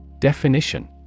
Definition